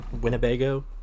Winnebago